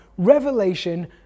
revelation